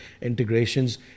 integrations